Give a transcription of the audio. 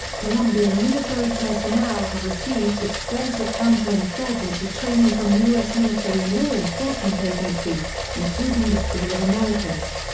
colombian military personnel have received extensive counterinsurgency training from u s. military and law enforcement agencies, including the school of americas.